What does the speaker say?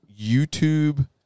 YouTube